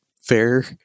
fair